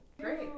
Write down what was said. Great